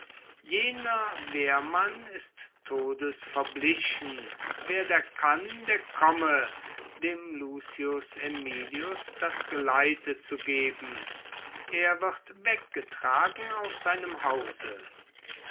jener wehrmann ist todes verblichen wer da kann der komme dem lucius aemilius das geleite zu geben er wird weggetragen aus seinem hause